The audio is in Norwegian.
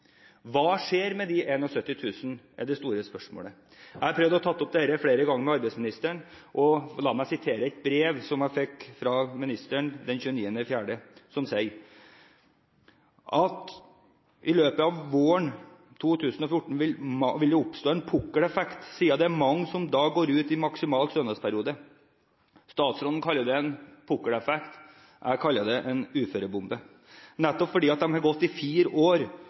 Jeg har prøvd å ta opp dette flere ganger med arbeidsministeren. La meg sitere fra et brev som jeg fikk fra ministeren den 29. april. Der sier hun at det i løpet av våren 2014 vil «kunne oppstå en «pukkeleffekt», siden det er mange som da går ut maksimal stønadsperiode.» Statsråden kaller det en «pukkeleffekt». Jeg kaller det en uførebombe, nettopp fordi de har gått i fire år